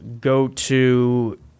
go-to